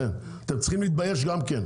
אתם גם צריכים להתבייש.